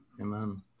Amen